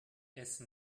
essen